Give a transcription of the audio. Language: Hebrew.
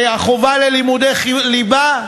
החובה של לימודי ליבה,